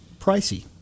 pricey